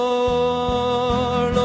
Lord